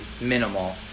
minimal